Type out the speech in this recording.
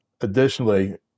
additionally